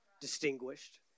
distinguished